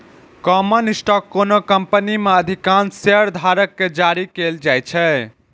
common stock कोनो company मे अधिकांश शेयरधारक कें जारी कैल जाइ छै